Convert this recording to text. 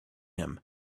him